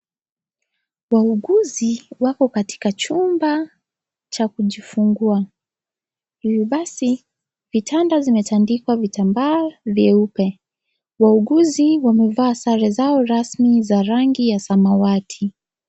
Wauguzi wako katika chumba cha kujifungua. Hivi basi vitanda vimetandikwa vitambaa vyeupe. Wauguzi wamevaa sare zao rasmi za rangi ya samwati.